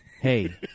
Hey